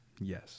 Yes